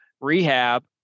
rehab